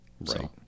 Right